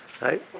right